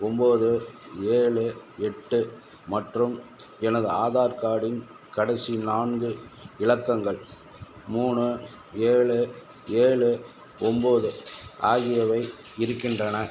ஒம்போது ஏழு எட்டு மற்றும் எனது ஆதார் கார்டின் கடைசி நான்கு இலக்கங்கள் மூணு ஏழு ஏழு ஒம்போது ஆகியவை இருக்கின்றன